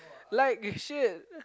like shit